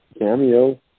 cameo